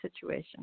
situation